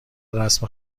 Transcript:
رسم